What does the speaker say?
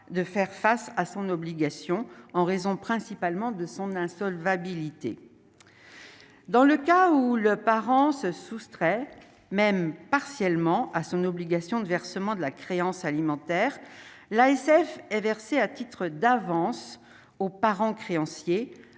de faire face à son obligation en raison principalement de son insolvabilité, dans le cas où le parent se soustrait même partiellement à son obligation de versement de la créance alimentaire l'ASF est versée à titre d'avance aux parents créanciers,